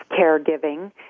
caregiving